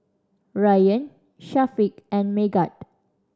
Ryan Syafiq and Megat